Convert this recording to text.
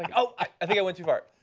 and oh i think it went too far.